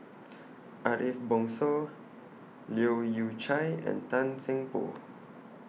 Ariff Bongso Leu Yew Chye and Tan Seng Poh